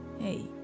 Hey